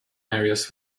areas